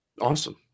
Awesome